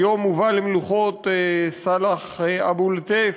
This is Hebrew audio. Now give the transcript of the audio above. היום הובא למנוחות סאלח אבו לטיף,